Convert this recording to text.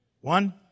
One